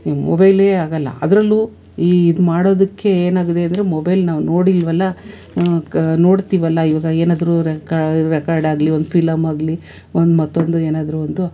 ಈ ಮೊಬೈಲೇ ಆಗೊಲ್ಲ ಅದರಲ್ಲೂ ಈ ಇದ್ಮಾಡೋದಕ್ಕೆ ಏನಾಗಿದೆ ಅಂದರೆ ಮೊಬೈಲ್ ನಾವು ನೋಡಿಲ್ವಲ್ಲ ಕ ನೋಡ್ತೀವಲ್ಲ ಇವಾಗ ಏನಾದ್ರು ರೆಕಾ ರೆಕಾರ್ಡ್ ಆಗಲಿ ಒಂದು ಪಿಲಮ್ ಆಗಲಿ ಒಂದು ಮತ್ತೊಂದು ಏನಾದರು ಒಂದು